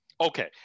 okay